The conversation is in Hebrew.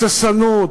הססנות,